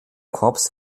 korps